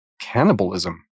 cannibalism